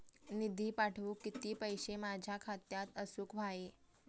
निधी पाठवुक किती पैशे माझ्या खात्यात असुक व्हाये?